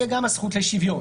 תהיה גם הזכות לשוויון,